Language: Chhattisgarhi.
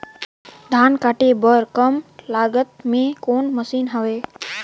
धान काटे बर कम लागत मे कौन मशीन हवय?